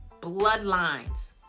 Bloodlines